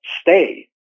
stay